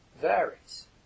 varies